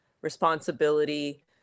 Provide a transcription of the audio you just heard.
responsibility